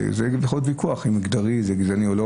יכול להיות ויכוח אם מגדרי זה גזעני או לא